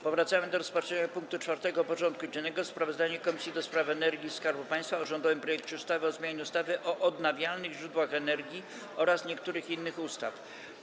Powracamy do rozpatrzenia punktu 4. porządku dziennego: Sprawozdanie Komisji do Spraw Energii i Skarbu Państwa o rządowym projekcie ustawy o zmianie ustawy o odnawialnych źródłach energii oraz niektórych innych ustaw.